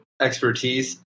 expertise